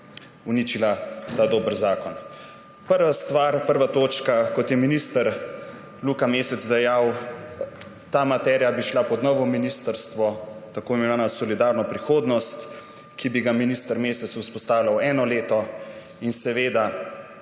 uničila ta dober zakon. Prva stvar, prva točka, kot je minister Luka Mesec dejal, ta materija bi šla pod novo ministrstvo, za tako imenovano solidarno prihodnost, ki bi ga minister Mesec vzpostavljal eno leto. In seveda